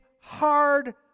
hard